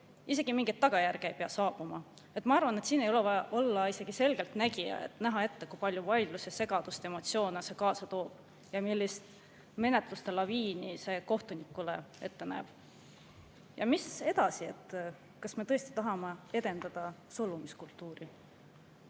mingit tagajärge ei pea saabuma. Ma arvan, et ei ole vaja olla selgeltnägija, et näha ette, kui palju vaidlusi, segadust ja emotsioone see kaasa toob ja millise menetluste laviini see kohtunikule ennustab. Mis edasi? Kas me tõesti tahame edendada solvumiskultuuri?